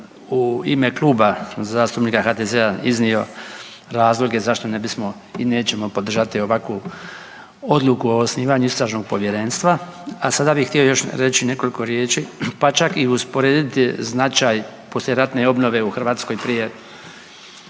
u ime Kluba zastupnika HDZ-a iznio razloge zašto ne bismo i nećemo podržati ovakvu odluku o osnivanju istražnog povjerenstva. A sada bih htio reći još nekoliko riječi pa čak i usporediti značaj poslijeratne obnove u Hrvatskoj prije